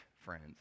friends